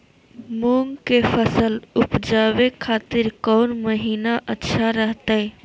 मूंग के फसल उवजावे खातिर कौन महीना अच्छा रहतय?